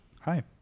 Hi